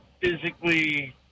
physically